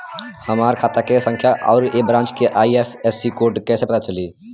हमार खाता के खाता संख्या आउर ए ब्रांच के आई.एफ.एस.सी कोड कैसे पता चली?